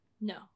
No